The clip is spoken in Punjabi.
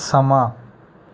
ਸਮਾਂ